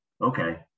Okay